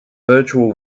virtual